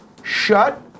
Shut